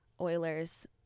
Oilers